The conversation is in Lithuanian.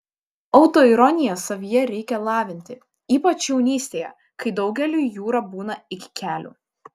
autoironiją savyje reikia lavinti ypač jaunystėje kai daugeliui jūra būna iki kelių